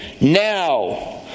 now